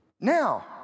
Now